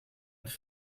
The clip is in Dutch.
het